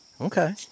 okay